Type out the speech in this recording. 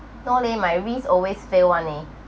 no leh my risk always fail [one] eh